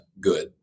good